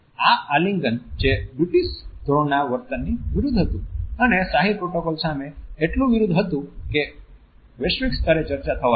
આ આલિંગન જે બ્રિટીશ ધોરણના વર્તનની વિરુદ્ધ હતું અને શાહી પ્રોટોકોલ સામે એટલું વિરુદ્ધ હતું કે વૈશ્વિક સ્તરે ચર્ચા થવા લાગી